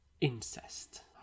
incest